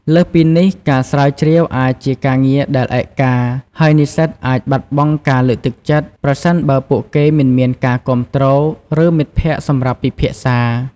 លើសពីនេះ ការស្រាវជ្រាវអាចជាការងារដែលឯកា ហើយនិស្សិតអាចបាត់បង់ការលើកទឹកចិត្ត ប្រសិនបើពួកគេមិនមានការគាំទ្រ ឬមិត្តភក្តិសម្រាប់ពិភាក្សា។